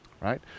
Right